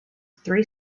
three